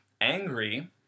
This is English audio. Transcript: angry